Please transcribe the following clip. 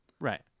Right